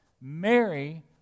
Mary